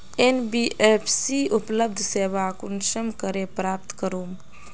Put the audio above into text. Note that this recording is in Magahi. एन.बी.एफ.सी उपलब्ध सेवा कुंसम करे प्राप्त करूम?